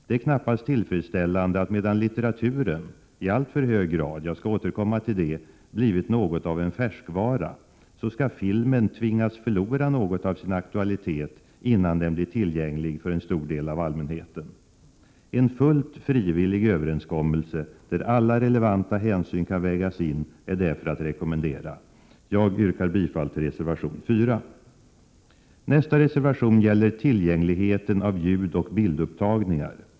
Det är knappast tillfredsställande att medan litteraturen — i alltför hög grad; jag skall återkomma till det — blivit något av en färskvara, skall filmen tvingas förlora något av sin aktualitet innan den blir tillgänglig för en stor del av allmänheten. En fullt frivillig överenskommelse där alla relevanta hänsyn kan vägas in är därför att rekommendera. Jag yrkar bifall till reservation 4. Nästa reservation gäller tillgängligheten av ljudoch bildupptagningar.